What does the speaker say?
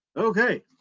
okay,